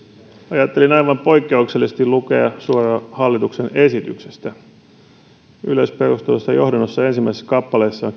ajattelin aivan poikkeuksellisesti lukea suoraan hallituksen esitystä yleisperusteluissa johdannon ensimmäisessä kappaleessa